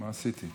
מה עשיתי?